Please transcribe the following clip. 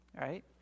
right